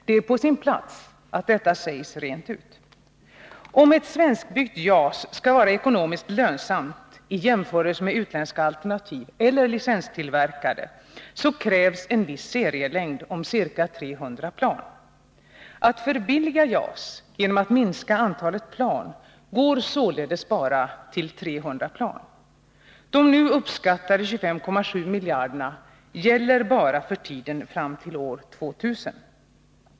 Det är på sin plats att detta sägs rent ut. Om ett svenskbyggt JAS skall vara ekonomiskt lönsamt i jämförelse med utländska alternativ eller licenstillverkade, krävs en viss serielängd om ca 300 plan. Att förbilliga JAS genom att minska antalet plan går således endast ned till 300 plan. Uppskattningen 25,7 miljarder gäller bara för tiden fram till år 2000.